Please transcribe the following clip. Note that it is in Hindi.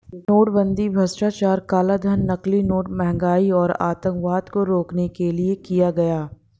नोटबंदी भ्रष्टाचार, कालाधन, नकली नोट, महंगाई और आतंकवाद को रोकने के लिए किया गया